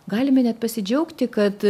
galime net pasidžiaugti kad